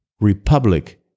republic